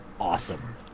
awesome